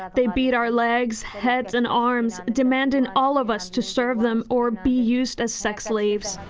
they beat our legs, heads, and arms, demanding all of us to serve them or be used as sex slaves.